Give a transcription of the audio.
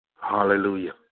Hallelujah